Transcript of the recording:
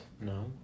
No